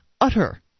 utter